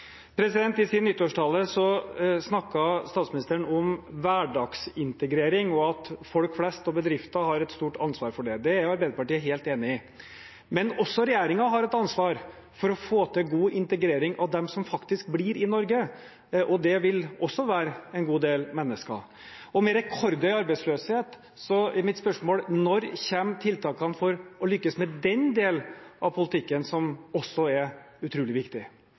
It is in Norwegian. I sin nyttårstale snakket statsministeren om hverdagsintegrering og at folk flest og bedrifter har et stort ansvar for det. Det er Arbeiderpartiet helt enig i. Men også regjeringen har et ansvar for å få til god integrering av dem som faktisk blir i Norge, og det vil også være en god del mennesker. Og med rekordhøy arbeidsløshet så er mitt spørsmål: Når kommer tiltakene for å lykkes med den delen av politikken, som også er utrolig viktig?